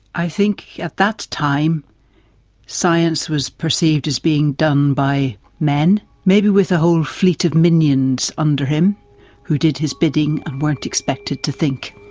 i think at that time science was perceived as being done by men, maybe with a whole fleet of minions under him who did his bidding and weren't expected to think.